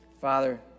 Father